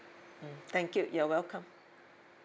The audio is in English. mm thank you you're welcome